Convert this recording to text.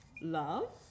love